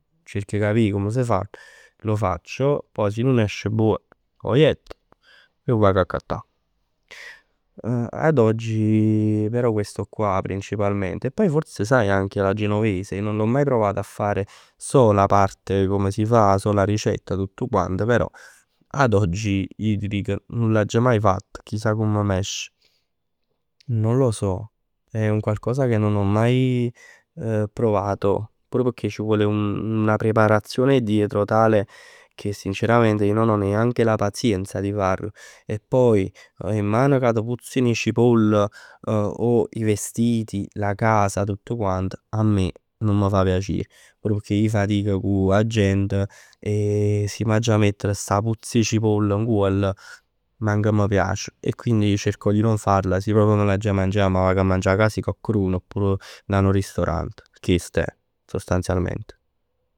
Cerco 'e capì com s' fa. Lo faccio. Poj si nun esce buono 'o jett e 'o vag accattà. Ad oggi però questo qua principalmente. E poi forse sai anche la genovese. Io non l'ho mai provata a fare. So la parte come si fa. So la ricetta, tutt quant, però ad oggi ij t' dic, nun l'agg maje fatt. Chissà come m'esce. Non lo so. È un qualcosa che non ho mai provato. Pure perchè ci vuole un- una preparazione dietro tale che sinceramente io non ho neanche la pazienza di farlo. E poi 'e 'mman ca t' puzzano 'e cipoll. O i vestiti, la casa, tutt quant. A me nun m' fa piacer. Pur pecchè ij fatic cu 'a gent e si m'aggia mettere sta puzz 'e cipoll nguoll, manc m' piace. E quindi cerco di non farla, manc m' l'aggia mangià, m' 'a magn 'a cas 'e cocched'un, oppure dint 'a nu ristorant. Chest è sostanzialment.